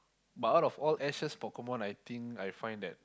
but out of all ashes Pokemon I think I find that